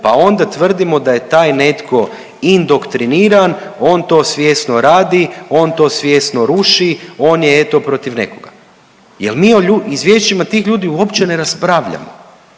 pa onda tvrdimo da je taj netko indoktriniran, on to svjesno radi, on to svjesno ruši, on je eto protiv nekoga. Jer mi o izvješćima tih ljudi uopće ne raspravljamo.